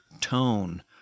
tone